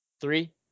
Three